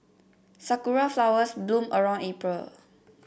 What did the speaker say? sakura flowers bloom around April